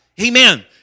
Amen